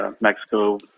Mexico